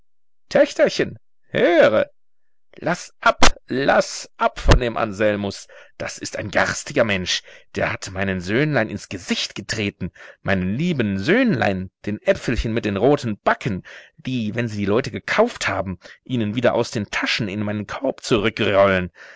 töchterchen höre laß ab laß ab von dem anselmus das ist ein garstiger mensch der hat meinen söhnlein ins gesicht getreten meinen lieben söhnlein den äpfelchen mit den roten backen die wenn sie die leute gekauft haben ihnen wieder aus den taschen in meinen korb zurückrollen